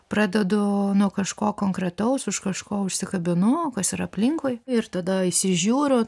pradedu nuo kažko konkretaus už kažko užsikabinu kas yra aplinkui ir tada įsižiūriu